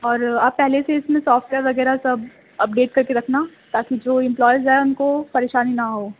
اور آپ پہلے سے اس میں سافٹ ویئر وغیرہ سب اپڈیٹ کرکے رکھنا تاکہ جو امپلائز آئیں ان کو پریشانی نہ ہو